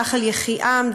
נחל יחיעם,